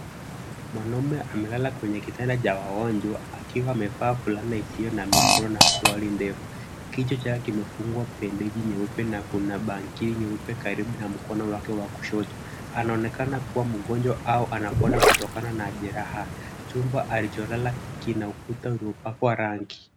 Mwanaume amelala kwenye kitanda cha wagonjwa, akiwa amevaa fulana isiyo na mikono na suruali ndefu. Kichwa chake kimefungwa bendeji nyeupe na kuna bangili nyeupe karibu na mkono wake wa kushoto. Anaonekana kuwa mgonjwa au anapona kutokana na jeraha. Chumba alicholala kina ukuta uliopakwa rangi.